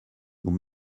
nous